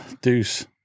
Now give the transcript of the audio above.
deuce